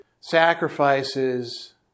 sacrifices